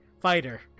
Fighter